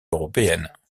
européennes